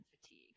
fatigue